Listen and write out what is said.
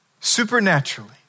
Supernaturally